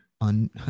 on